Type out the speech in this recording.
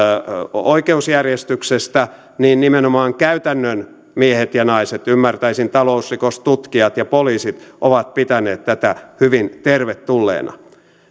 oikeusjärjestyksestämme niin nimenomaan käytännön miehet ja naiset ymmärtäisin talousrikostutkijat ja poliisit ovat pitäneet tätä hyvin tervetulleena